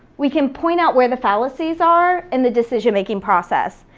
we can point out where the fallacies are in the decision-making process.